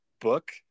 book